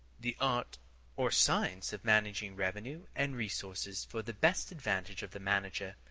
the art or science of managing revenues and resources for the best advantage of the manager.